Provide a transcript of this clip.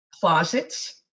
closets